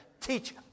teach